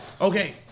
Okay